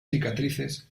cicatrices